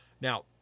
Now